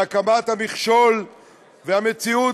והקמת המכשול והמציאות,